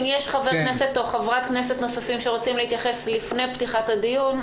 אם יש חבר כנסת או חברת כנסת נוספים שרוצים להתייחס לפני פתיחת הדיון,